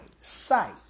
sight